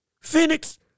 Phoenix